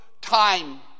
time